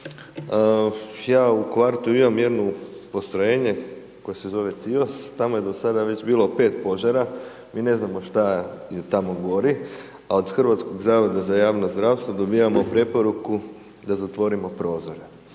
Ja u kvartu imam jedno postrojenje koje se zove CIOS, tamo je do sada već bilo 5 požara, mi ne znamo šta tamo gori a od HZJZ-a dobivamo preporuku da zatvorimo prozore.